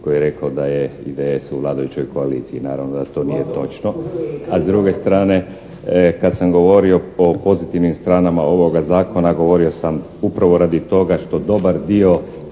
koji je rekao da je IDS u vladajućoj koaliciji. Naravno da to nije točno. A s druge strane, kad sam govorio po pozitivnim stranama ovoga zakona govorio sam upravo radi toga što dobar dio